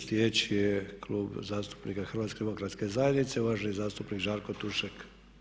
Sljedeći je Klub zastupnika HDZ-a uvaženi zastupnik Žarko Tušek.